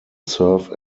serve